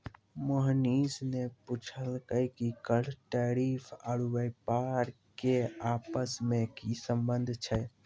मोहनीश ने पूछलकै कि कर टैरिफ आरू व्यापार के आपस मे की संबंध छै